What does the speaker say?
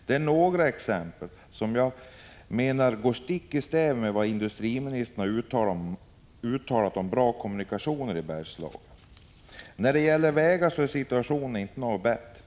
Detta är några exempel som jag menar går stick i stäv med vad industriministern uttalat om bra kommunikationer i Bergslagen. När det gäller vägarna är situationen inte bättre.